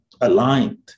aligned